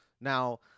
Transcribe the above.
Now